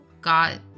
got